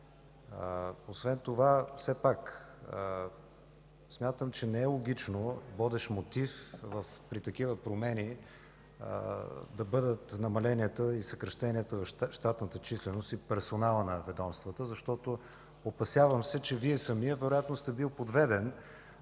бюджета. Все пак смятам, че не е логично водещ мотив при такива промени да бъдат намаленията и съкращенията в щатната численост и в персонала на ведомствата. Опасявам се, че Вие самият вероятно сте бил подведен